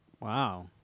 Wow